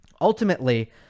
ultimately